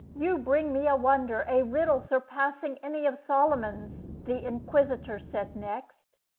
you bring me a wonder a riddle surpassing any of solomon's, the inquisitor said next.